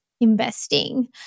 investing